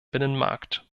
binnenmarkt